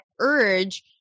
urge